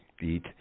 eat